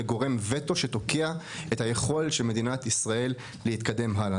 לגורם וטו שתוקע את היכולת של מדינת ישראל להתקדם הלאה.